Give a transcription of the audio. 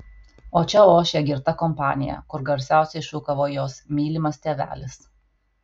o čia ošė girta kompanija kur garsiausiai šūkavo jos mylimas tėvelis